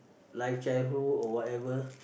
life childhood or whatever